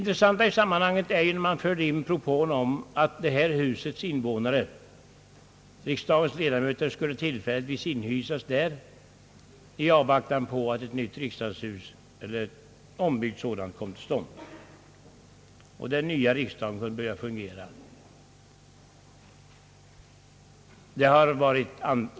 Intressant i sammanhanget är propån att riksdagens ledamöter skulle inkvarteras i denna byggnad i avvaktan på att ett nytt riksdagshus eller en ombyggnad av det nuvarande skulle komma till stånd.